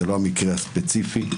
זה לא המקרה הספציפי.